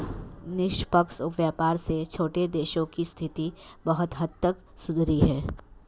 निष्पक्ष व्यापार से छोटे देशों की स्थिति बहुत हद तक सुधरी है